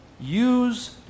use